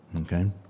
Okay